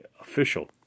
official